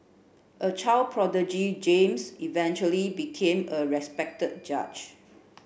a child prodigy James eventually became a respected judge